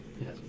yes